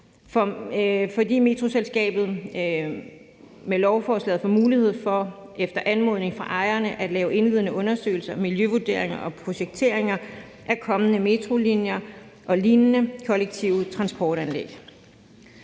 fordi Metroselskabet med lovforslaget får mulighed for efter anmodning fra ejerne at lave indledende undersøgelser, miljøvurderinger og projekteringer af kommende metrolinjer og lignende kollektive transportanlæg.